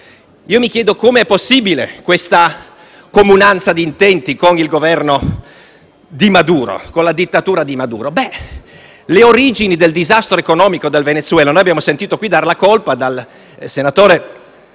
Io mi chiedo come sia possibile questa comunanza di intenti con il Governo di Maduro, con la dittatura di Maduro. Quanto alle origini del disastro economico del Venezuela, noi abbiamo sentito qui dare la colpa, dal collega